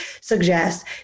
suggest